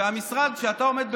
והמשרד שאתה עומד בראשו,